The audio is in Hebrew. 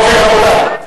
רבותי,